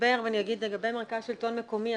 אדבר ואני אגיד לגבי מרכז שלטון מקומי.